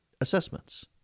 assessments